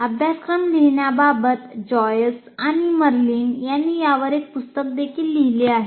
अभ्यासक्रम लिहिण्याबाबत जॉयस आणि मर्लिन यांनी यावर एक पुस्तक देखील लिहिले आहे